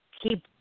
keep